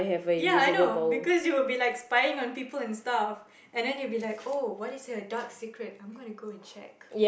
ya I know because you will be like spying on people and stuff and then you will be like oh what is their dark secret I'm gonna go and check